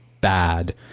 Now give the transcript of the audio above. bad